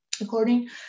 According